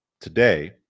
today